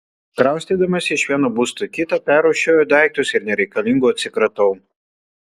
kraustydamasi iš vieno būsto į kitą perrūšiuoju daiktus ir nereikalingų atsikratau